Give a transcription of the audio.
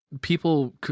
People